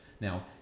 Now